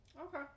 Okay